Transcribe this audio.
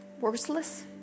worthless